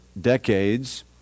decades